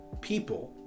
people